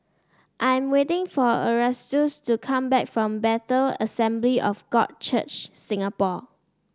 I am waiting for Erastus to come back from Bethel Assembly of God Church Singapore